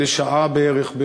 לפני שעה בערך אירחת,